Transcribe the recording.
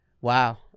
Wow